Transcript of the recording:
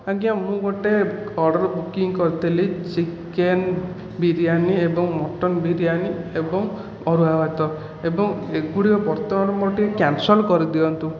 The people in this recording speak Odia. ଆଜ୍ଞା ମୁଁ ଗୋଟିଏ ଅର୍ଡ଼ର ବୁକିଂ କରିଥିଲି ଚିକେନ୍ ବିରିଆନୀ ଏବଂ ମଟନ ବିରିଆନୀ ଏବଂ ଅରୁଆ ଭାତ ଏବଂ ଏଗୁଡ଼ିକ ବର୍ତ୍ତମାନ ମୋର ଟିକିଏ କ୍ୟାନ୍ସଲ କରିଦିଅନ୍ତୁ